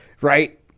right